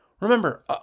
Remember